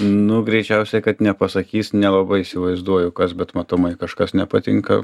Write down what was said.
nu greičiausia kad nepasakys nelabai įsivaizduoju kas bet matomai kažkas nepatinka